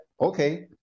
okay